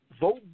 vote